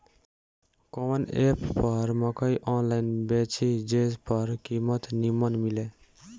कवन एप पर मकई आनलाइन बेची जे पर कीमत नीमन मिले?